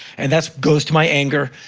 and that goes to my anger.